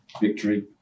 victory